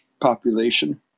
population